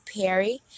Perry